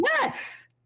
Yes